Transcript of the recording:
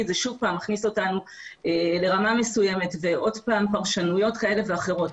זה שוב פעם מכניס אותנו לרמה מסוימת ועוד פעם פרשנויות כאלה ואחרות.